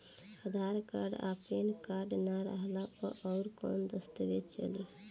आधार card आ PAN card ना रहला पर अउरकवन दस्तावेज चली?